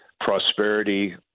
prosperity